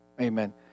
Amen